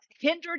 hindered